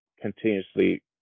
continuously